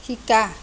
শিকা